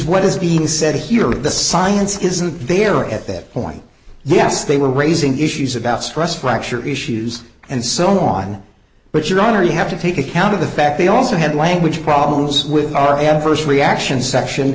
what is being said here at the science isn't there at that point yes they were raising issues about stress fracture issues and so on but your honor you have to take account of the fact they also had language problems with our adverse reactions section